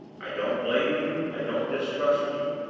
i don't blame you, i don't distrust you.